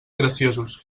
graciosos